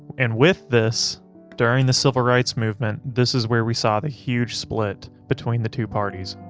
and with, this during the civil rights movement this is where we saw the huge split between the two parties.